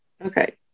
Okay